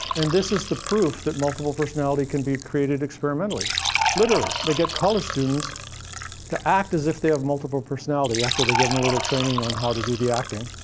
and this is the proof that multiple personality can be created experimentally literally. they get college students to act as if they have multiple personality, after they give them a little training on how to do the acting.